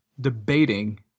debating